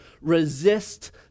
resist